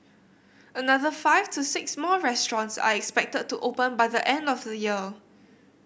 another five to six more restaurants are expected to open by the end of the year